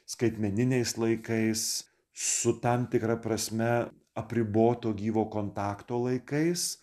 skaitmeniniais laikais su tam tikra prasme apriboto gyvo kontakto laikais